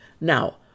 Now